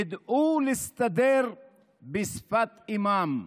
ידעו להסתדר בשפת אימם.